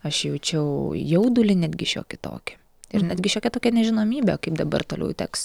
aš jaučiau jaudulį netgi šiokį tokį ir netgi šiokia tokia nežinomybė kaip dabar toliau teks